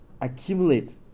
accumulate